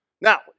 now